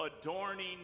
adorning